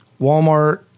Walmart